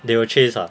they will chase ah